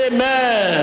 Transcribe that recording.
Amen